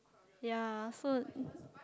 ya so